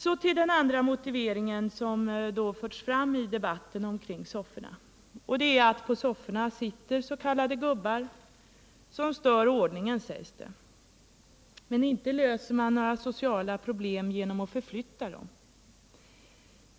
Så till den andra motiveringen som förts fram i debatten om sofforna — på sofforna sitter s.k. gubbar som stör ordningen, sägs det. Men inte löser man några sociala problem genom att förflytta dem.